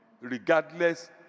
regardless